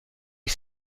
ich